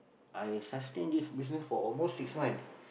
I sustain this business for almost six month